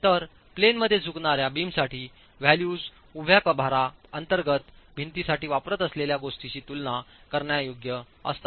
तर प्लेनमध्ये झुकणार्या बीमसाठी व्हॅल्यूज उभ्या भारा अंतर्गत भिंतीसाठी वापरत असलेल्या गोष्टींशी तुलना करण्यायोग्य असतात